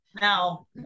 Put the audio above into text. now